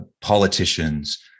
politicians